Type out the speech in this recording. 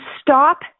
stop